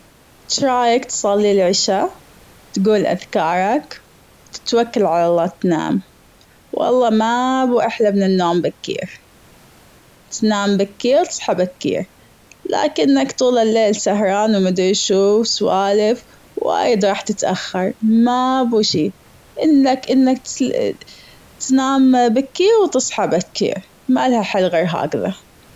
شو رايك تصلي العشا وتجول أذكارك وتتوكل على الله تنام والله مابو أحلى من النوم بكير تنام بكير تصحى بكير لكنك طول الليل سهران ومادري شو سوالف وايد راح تتأخر مابه شي إنك-إنك تنام بكير وتصحى بكير ما لها حل غير هكذا.